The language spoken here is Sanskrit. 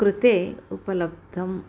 कृते उपलब्धं